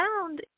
found